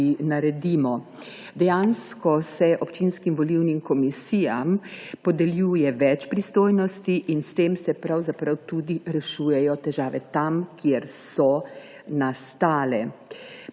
naredimo. Dejansko se občinskim volilnim komisijam podeljuje več pristojnosti in s tem se pravzaprav tudi rešujejo težave tam, kjer so nastale.